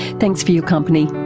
thanks for your company.